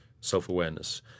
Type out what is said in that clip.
self-awareness